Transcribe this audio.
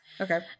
Okay